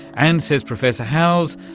and, says professor howes,